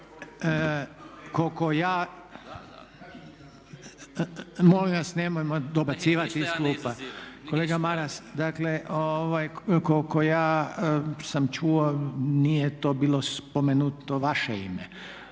koliko ja sam čuo nije to bilo spomenuto vaše ime